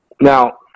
now